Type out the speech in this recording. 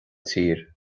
tír